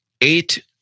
eight